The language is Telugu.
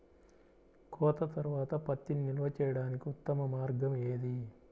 కోత తర్వాత పత్తిని నిల్వ చేయడానికి ఉత్తమ మార్గం ఏది?